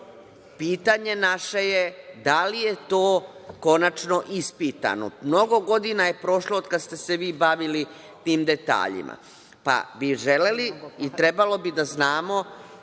pitanje je da li je to konačno ispitano? Mnogo godina je prošlo od kada ste se vi bavili tim detaljima, pa bismo želeli i trebalo bi da znamo